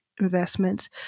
investments